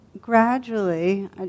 gradually